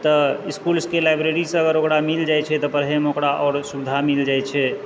तऽ इसकुलके लाइब्रेरीसँ अगर ओकरा मिल जाइ छै तऽ पढ़ैमे ओकरा आओर सुविधा मिल जाइत छै